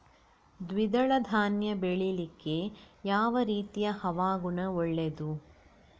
ದ್ವಿದಳ ಧಾನ್ಯ ಬೆಳೀಲಿಕ್ಕೆ ಯಾವ ರೀತಿಯ ಹವಾಗುಣ ಒಳ್ಳೆದು?